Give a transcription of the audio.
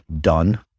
done